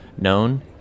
known